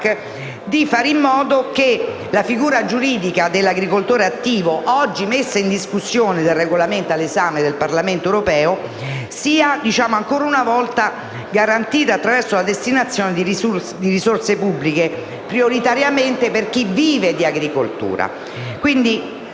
di fare in modo che la figura giuridica dell'agricoltore attivo, oggi messa in discussione dal regolamento all'esame del Parlamento europeo, sia ancora una volta garantita attraverso la destinazione di risorse pubbliche prioritariamente a chi vive di agricoltura.